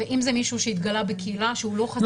ואם זה מישהו שהתגלה בקהילה שהוא לא חזר,